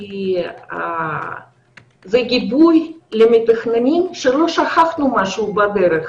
כי זה גיבוי למתכננים שלא שכחנו משהו בדרך.